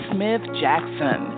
Smith-Jackson